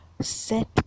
set